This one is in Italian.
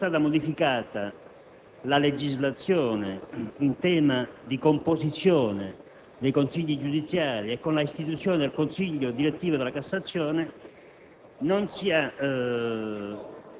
Infatti, essendo stata modificata la legislazione in tema di composizione dei Consigli giudiziari e a seguito dell'istituzione del Consiglio direttivo della Cassazione,